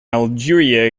algeria